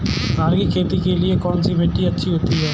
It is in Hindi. धान की खेती के लिए कौनसी मिट्टी अच्छी होती है?